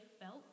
felt